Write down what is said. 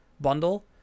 bundle